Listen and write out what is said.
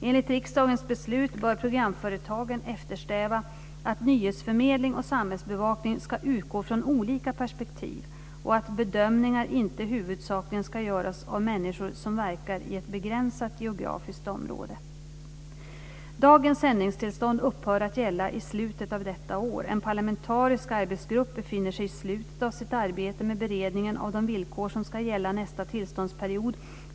Enligt riksdagens beslut bör programföretagen eftersträva att nyhetsförmedling och samhällsbevakning ska utgå från olika perspektiv och att bedömningar inte huvudsakligen ska göras av människor som verkar i ett begränsat geografiskt område. Dagens sändningstillstånd upphör att gälla i slutet av detta år. En parlamentarisk arbetsgrupp befinner sig i slutet av sitt arbete med beredningen av de villkor som ska gälla nästa tillståndsperiod.